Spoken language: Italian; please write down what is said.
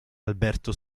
alberto